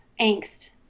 angst